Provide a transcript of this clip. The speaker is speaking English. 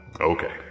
Okay